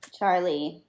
Charlie